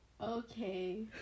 Okay